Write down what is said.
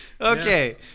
okay